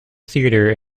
theater